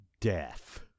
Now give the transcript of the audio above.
death